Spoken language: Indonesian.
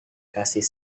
kasih